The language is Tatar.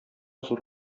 зур